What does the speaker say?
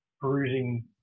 bruising